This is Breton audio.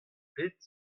pet